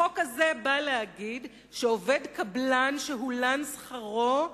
החוק הזה בא להגיד שעובד קבלן שהולן שכרו,